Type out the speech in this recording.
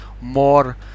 more